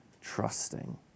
trusting